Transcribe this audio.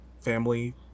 family